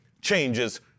changes